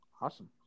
Awesome